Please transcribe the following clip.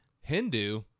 hindu